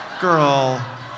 Girl